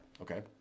okay